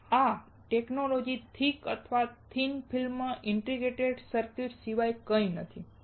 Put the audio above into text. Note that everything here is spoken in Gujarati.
અને આ ટેક્નૉલોજિ થીક અથવા થિન ફિલ્મ ઇન્ટિગ્રેટેડ સર્કિટ સિવાય કંઈ નથી